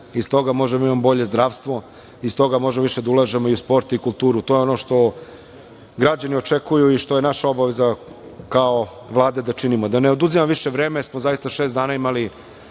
iz toga možemo da imamo bolje zdravstvo, iz toga možemo više da ulažemo i u sport, kulturu. To je ono što građani očekuju i što je naša obaveza kao Vlade da činimo. Da ne oduzimam više vreme, jer smo zaista imali